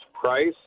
price